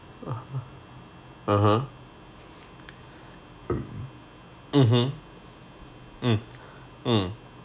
(uh huh) mmhmm mm mm